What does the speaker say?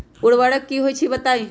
उर्वरक की होई छई बताई?